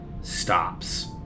Stops